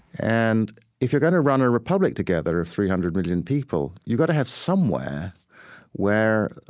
and if you're going to run a republic together of three hundred million people, you got to have somewhere where,